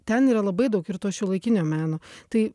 ten yra labai daug ir to šiuolaikinio meno tai